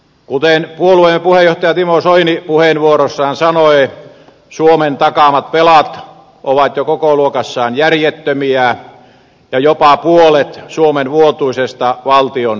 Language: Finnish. kuten puolueemme puheenjohtaja timo soini puheenvuorossaan sanoi suomen takaamat velat ovat jo kokoluokassaan järjettömiä ja jopa puolet suomen vuotuisesta valtion budjetista